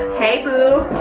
hey boo.